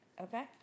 okay